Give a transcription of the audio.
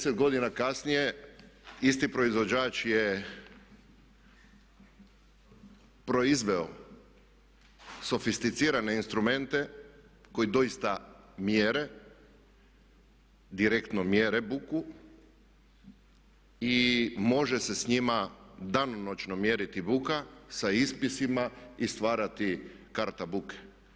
10 godina kasnije isti proizvođač je proizveo sofisticirane instrumente koji doista mjere, direktno mjere buku i može se s njima danonoćno mjeriti buka sa ispisima i stvarati karta buke.